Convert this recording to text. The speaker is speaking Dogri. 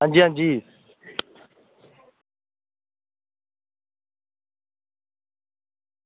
अंजी अंजी